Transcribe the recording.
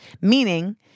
meaning